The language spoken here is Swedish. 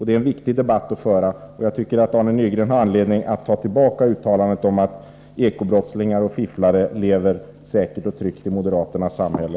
Det är en viktig debatt, och jag tycker att Arne Nygren har anledning att ta tillbaka uttalandet om att Eko-brottslingar och fifflare lever säkert och tryggt i moderaternas samhälle.